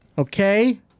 okay